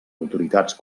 autoritats